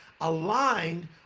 aligned